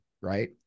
right